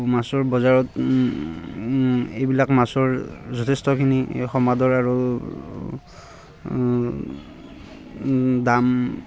মাছৰ বজাৰত এইবিলাক মাছৰ যথেষ্টখিনি সমাদৰ আৰু দাম